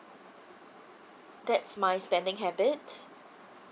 that's my spending habits